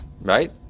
right